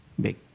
big